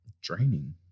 draining